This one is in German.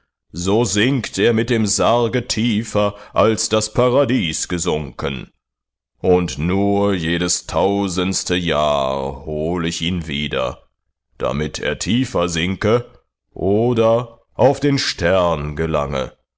so sinkt er mit dem sarge tiefer als das paradies gesunken und nur jedes tausendste jahr hole ich ihn wieder damit er tiefer sinke oder auf den stern gelange